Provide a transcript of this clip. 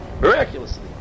Miraculously